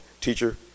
Teacher